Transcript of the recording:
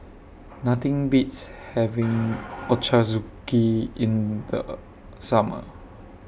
Nothing Beats having Ochazuke in The Summer